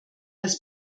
als